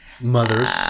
Mothers